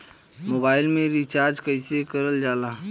Mobile में recharge कइसे करल जाला?